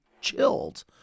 chilled